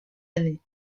année